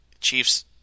Chiefs